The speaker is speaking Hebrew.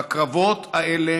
בקרבות האלה,